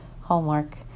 homework